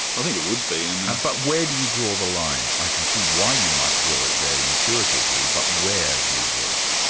i think it would be. um and but where do you draw the line? i can see why you might draw it there intuitively, but where do you draw it?